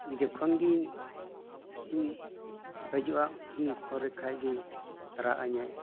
ᱡᱚᱠᱷᱚᱱ ᱜᱮ ᱤᱧ ᱦᱤᱡᱩᱜᱼᱟ ᱩᱱᱠᱩ ᱞᱮᱠᱷᱟᱡ ᱠᱷᱟᱡ ᱜᱮ ᱨᱟᱜ ᱤᱧᱟᱹᱭ